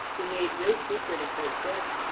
who make no secret of their joy.